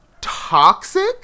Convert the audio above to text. toxic